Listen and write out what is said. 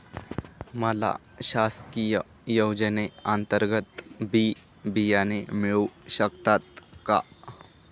मला शासकीय योजने अंतर्गत बी बियाणे मिळू शकतात का?